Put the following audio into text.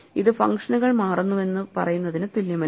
എന്നാൽ ഇത് ഫംഗ്ഷനുകൾ മാറുന്നുവെന്ന് പറയുന്നതിന് തുല്യമല്ല